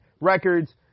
records